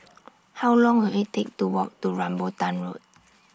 How Long Will IT Take to Walk to Rambutan Road